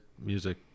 music